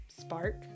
spark